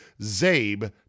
ZABE